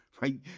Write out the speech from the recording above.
right